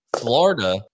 Florida